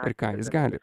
ir ką jis gali